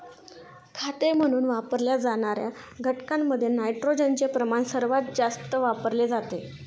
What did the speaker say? खते म्हणून वापरल्या जाणार्या घटकांमध्ये नायट्रोजनचे प्रमाण सर्वात जास्त वापरले जाते